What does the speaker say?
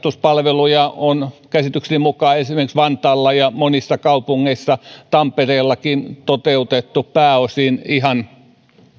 tiukkapipoinen minusta varhaiskasvatuspalveluja on käsitykseni mukaan esimerkiksi vantaalla ja monissa kaupungeissa tampereellakin toteutettu pääosin